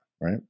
right